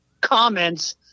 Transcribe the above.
comments